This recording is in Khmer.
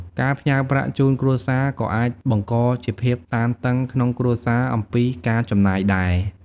ការផ្ញើប្រាក់ជូនគ្រួសារក៏អាចបង្កជាភាពតានតឹងក្នុងគ្រួសារអំពីការចំណាយដែរ។